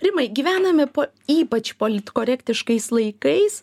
rimai gyvename po ypač politkorektiškais laikais